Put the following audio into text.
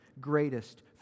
greatest